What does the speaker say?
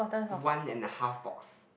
one and a half box